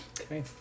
Okay